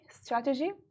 strategy